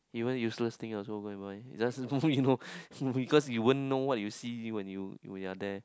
even useless thing I also go and buy it's just window because you won't know what you see when you you're there